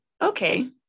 Okay